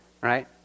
right